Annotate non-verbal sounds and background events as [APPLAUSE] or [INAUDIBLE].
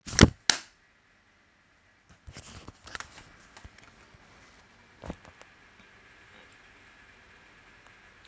[NOISE]